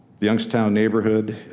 the youngstown neighborhood,